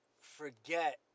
forget